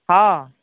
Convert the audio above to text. हँ